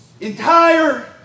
Entire